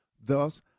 Thus